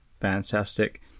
Fantastic